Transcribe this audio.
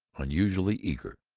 unusually eager.